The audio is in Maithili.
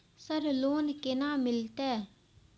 सर लोन केना मिलते?